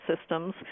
systems